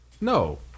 No